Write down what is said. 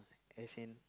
as in